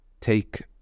take